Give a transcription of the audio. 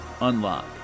unlock